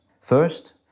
First